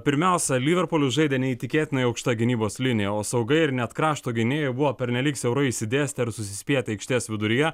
pirmiausia liverpuliu žaidė neįtikėtinai aukšta gynybos linija o saugai ir net krašto gynėjai buvo pernelyg siaurai išsidėstę ar susispietę aikštės viduryje